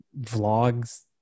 vlogs